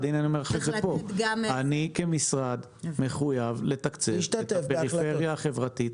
אני כמשרד מחויב לתקצב את הפריפריה החברתית,